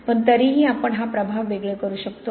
पण तरीही आपण हा प्रभाव वेगळे करू शकतो